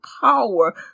power